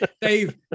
Dave